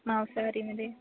मांसाहारीमध्ये